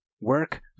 work